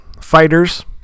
fighters